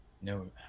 No